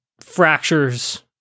fractures